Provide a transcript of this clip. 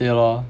对 lor